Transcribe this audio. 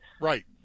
right